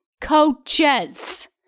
Coaches